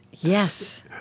yes